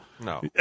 No